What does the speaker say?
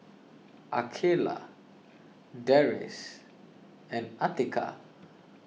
Aqeelah Deris and Atiqah